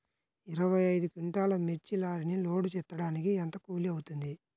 ఇరవై ఐదు క్వింటాల్లు మిర్చి లారీకి లోడ్ ఎత్తడానికి ఎంత కూలి అవుతుంది?